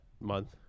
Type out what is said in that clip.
month